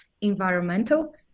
environmental